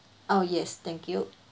oh yes thank you